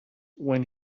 when